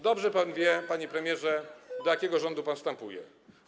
Dobrze pan wie, panie premierze, do jakiego rządu pan wstępuje.